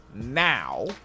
now